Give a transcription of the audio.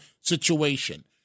situation